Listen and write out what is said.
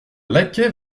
laquais